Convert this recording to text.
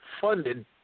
funded